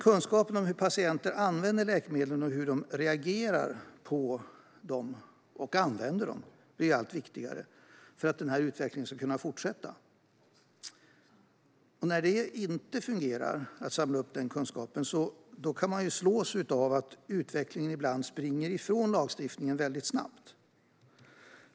Kunskapen om hur patienter använder läkemedel och hur de reagerar på dem blir allt viktigare för att den här utvecklingen ska kunna fortsätta. När det inte fungerar att samla upp den kunskapen kan man slås av att utvecklingen ibland springer ifrån lagstiftningen väldigt snabbt.